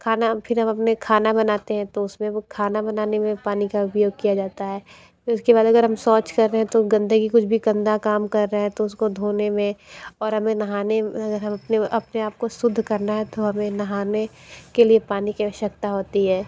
खाना फिर हम अपने खाना बनाते हैं तो उसमें वह खाना बनाने में पानी का उपयोग किया जाता है उसके बाद अगर हम शौच कर रहे हैं तो गंदे की कुछ भी गंदा काम कर रहा है तो उसको धोने में और हमें नहाने अपने आपको शुद्ध करना है तो हमें नहाने के लिए पानी की आवश्यकता होती है